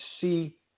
see